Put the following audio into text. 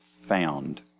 found